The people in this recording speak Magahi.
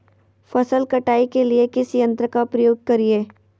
फसल कटाई के लिए किस यंत्र का प्रयोग करिये?